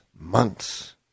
months